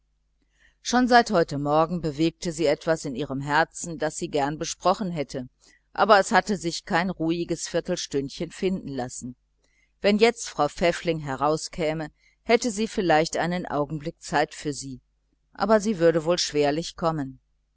schon seit heute morgen bewegte sie etwas in ihrem herzen das sie gern besprochen hätte aber es hatte sich kein ruhiges viertelstündchen finden lassen wenn jetzt frau pfäffling herauskäme jetzt hätte sie vielleicht einen augenblick zeit für sie aber sie würde wohl schwerlich kommen